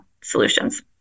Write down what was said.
solutions